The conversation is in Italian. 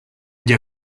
gli